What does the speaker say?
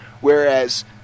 Whereas